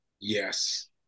Yes